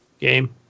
game